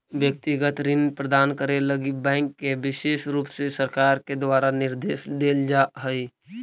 व्यक्तिगत ऋण प्रदान करे लगी बैंक के विशेष रुप से सरकार के द्वारा निर्देश देल जा हई